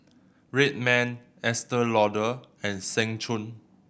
Red Man Estee Lauder and Seng Choon